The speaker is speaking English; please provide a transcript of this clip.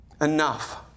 Enough